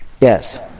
Yes